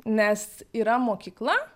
nes yra mokykla